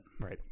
Right